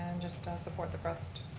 just support the breast